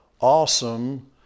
awesome